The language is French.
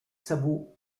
sabots